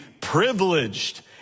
privileged